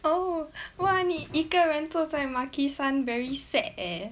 oh !wah! 你一个人坐在 Maki-San very sad eh